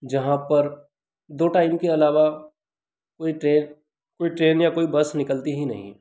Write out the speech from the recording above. जहाँ पर दो टाइम के अलावा कोई ट्रेन कोई ट्रेन या बस निकलती ही नहीं